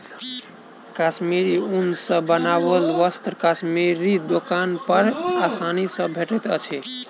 कश्मीरी ऊन सॅ बनाओल वस्त्र कश्मीरी दोकान पर आसानी सॅ भेटैत अछि